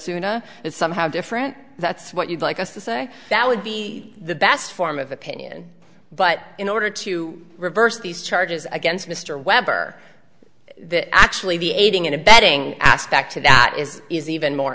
assume it's somehow different that's what you'd like us to say that would be the best form of opinion but in order to reverse these charges against mr weber actually the aiding and abetting aspect to that is is even more